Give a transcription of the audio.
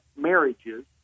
marriages